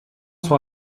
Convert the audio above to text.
sont